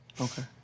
Okay